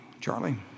charlie